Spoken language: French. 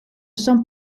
sont